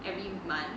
every month